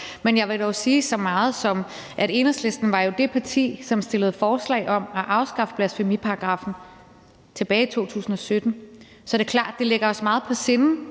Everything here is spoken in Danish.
Men jeg vil dog sige så meget, som at Enhedslisten jo var det parti, der fremsatte et forslag om at afskaffe blasfemiparagraffen tilbage i 2017. Så det er klart, at det ligger os meget på sinde,